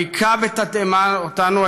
הוא הכה בתדהמה אותנו,